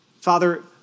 Father